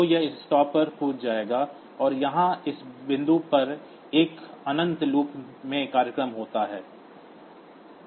तो यह इस स्टॉप पर जंप जाएगा और यहां इस बिंदु पर एक अनंत लूप में प्रोग्राम होगा